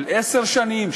של עשר שנים,